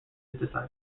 disciples